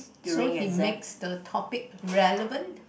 so he makes the topic relevant